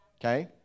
Okay